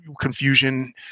confusion